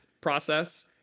process